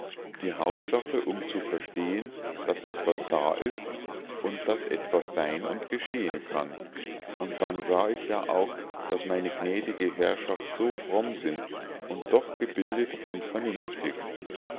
die hauptsache um zu verstehen daß etwas da ist und daß etwas sein und geschehen kann und dann sah ich ja auch daß meine gnädigste herrschaft so fromm sind und doch gebildet und vernünftig